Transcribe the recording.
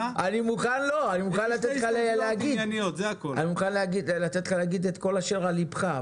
--- אני מוכן לתת לך להגיד את כל אשר על ליבך.